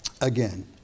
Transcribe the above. again